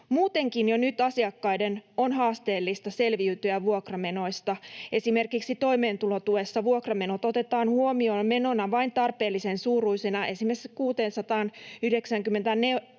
Muutenkin jo nyt asiakkaiden on haasteellista selviytyä vuokramenoista. Esimerkiksi toimeentulotuessa vuokramenot otetaan huomioon menona vain tarpeellisen suuruisina, esimerkiksi 694 euroon